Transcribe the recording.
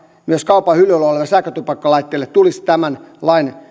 myös kaupan hyllyillä oleville sähkötupakkalaitteille tulisi tämän lain